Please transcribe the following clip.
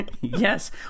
yes